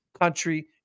country